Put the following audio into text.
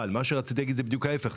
אבל, מה שרציתי להגיד זה בדיוק ההפך.